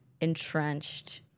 entrenched